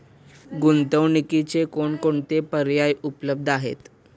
गुंतवणुकीचे कोणकोणते पर्याय उपलब्ध आहेत?